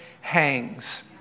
hangs